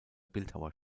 bildhauer